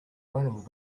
running